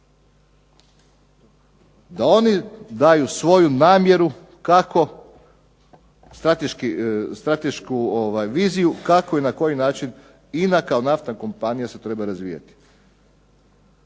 da oni daju svoju namjeru kako stratešku viziju kako i na koji način INA kao naftna kompanija se treba razvijati.